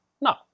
no